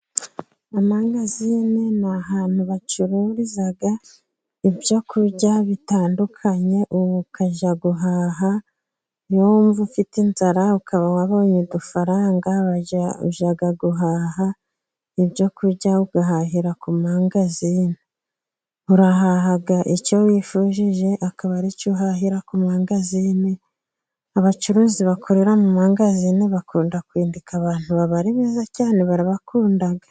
Amangazine ni ahantu bacururiza ibyo kurya bitandukanye, ukajya guhaha iyo wumva ufite inzara, ukaba wabonye udufaranga ujya guhaha ibyo kurya ugahahira ku mangazinini. Urahaha icyo wifuje akaba aricyo uhahira ku mangazine, abacuruzi bakorera mu mangazine bakunda kwindika abantu, baba ari beza cyane barabakunda.